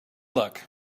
luck